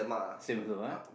same also ah